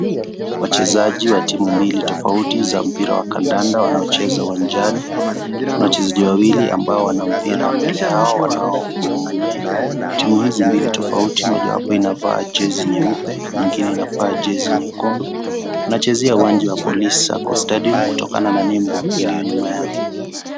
Wachezaji wa timu mbili tofauti za mpira wa kandanda wanaocheza uwanjani. Wachezaji wawili ambao wana mpira mbele yao wanaong'ang'ania. Timu hizi mbili tofauti mojawapo inavaa jezi nyeupe nyingine inavaa jezi nyekundu. Wanachezea uwanja wa POLICE SACCO STADIUM kutokana na nembo iliyo nyuma yao.